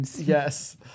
Yes